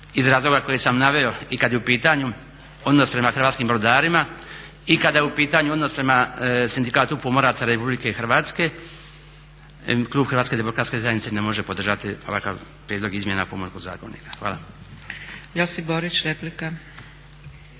iz razloga koje sam naveo i kad je u pitanju odnos prema hrvatskim brodarima i kada je u pitanju odnos prema sindikatu pomoraca RH klub Hrvatske demokratske zajednica ne može podržati ovakav prijedlog izmjena Pomorskog zakonika. Hvala. **Zgrebec, Dragica